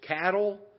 cattle